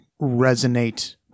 resonate